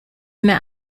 mehr